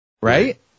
right